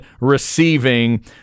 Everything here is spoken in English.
receiving